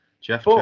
Jeff